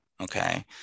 Okay